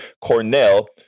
Cornell